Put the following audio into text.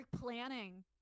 planning